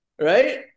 right